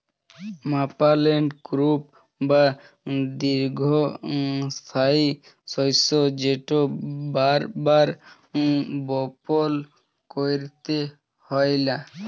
permanent crop বা দীঘ্ঘস্থায়ী শস্য যেট বার বার বপল ক্যইরতে হ্যয় লা